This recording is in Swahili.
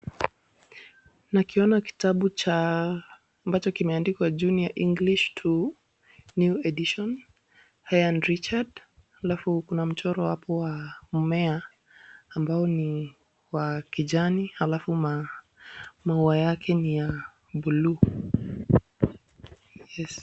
Nakiona kitabu cha ambacho kimeandikwa Junior English 2 New Edition Leah and Richard, alafu kuna mchoro hapo wa mmea ambao ni wa kijani, alafu maua yake ni ya blue .